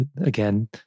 Again